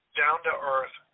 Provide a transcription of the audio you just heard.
down-to-earth